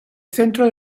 centro